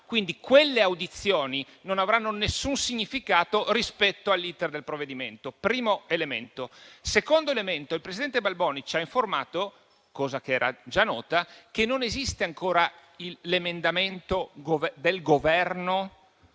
Quindi quelle audizioni non avranno nessun significato rispetto all'*iter* del provvedimento. Primo elemento. Secondo elemento: il presidente Balboni ci ha informato (ma la cosa era già nota) che non esiste ancora l'emendamento del Governo